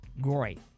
great